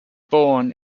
born